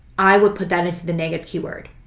i would put that into the negative keyword.